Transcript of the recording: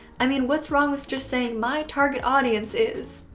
i mean what's wrong with just saying my target audience is.